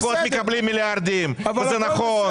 המפלגות מקבלות מיליארדים, וזה נכון.